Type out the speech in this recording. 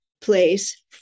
place